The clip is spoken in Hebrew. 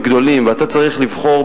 תבקש,